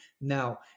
now